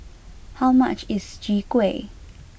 how much is Chwee Kueh